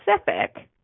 specific